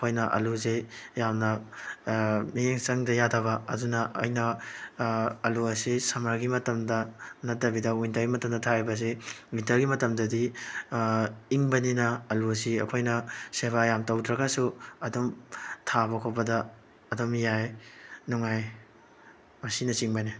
ꯑꯩꯈꯣꯏꯅ ꯑꯥꯜꯂꯨꯁꯤ ꯌꯥꯝꯅ ꯃꯤꯠꯌꯦꯡ ꯆꯪꯗ ꯌꯥꯗꯕ ꯑꯗꯨꯅ ꯑꯩꯅ ꯑꯥꯜꯂꯨ ꯑꯁꯤ ꯁꯝꯃꯔꯒꯤ ꯃꯇꯝꯗ ꯅꯠꯇꯕꯤꯗ ꯋꯤꯟꯇꯔꯒꯤ ꯃꯇꯝꯗ ꯊꯥꯔꯤꯕ ꯑꯁꯤ ꯋꯤꯟꯇꯔꯒꯤ ꯃꯇꯝꯗꯗꯤ ꯏꯪꯕꯅꯤꯅ ꯑꯥꯜꯂꯨ ꯑꯁꯤ ꯑꯩꯈꯣꯏꯅ ꯁꯦꯕꯥ ꯌꯥꯝ ꯇꯧꯗ꯭ꯔꯒꯁꯨ ꯑꯗꯨꯝ ꯊꯥꯕ ꯈꯣꯠꯄꯗ ꯑꯗꯨꯝ ꯌꯥꯏ ꯅꯨꯡꯉꯥꯏ ꯃꯁꯤꯅꯆꯤꯡꯕꯅꯤ